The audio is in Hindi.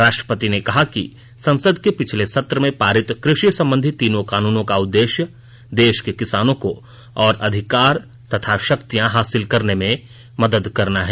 राष्ट्रपति ने कहा कि संसद के पिछले सत्र में पारित कृषि संबंधी तीनों कानूनों का उद्देश्य देश के किसानों को और अधिकार तथा शक्तियां हासिल करने में मदद करना है